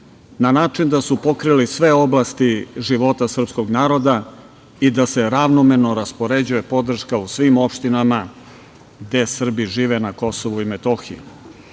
na način da su pokrili sve oblasti života srpskog naroda i da se ravnomerno raspoređuje podrška u svim opštinama gde Srbi žive na Kosovu i Metohiji. Bez